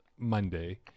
Monday